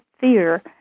fear